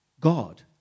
God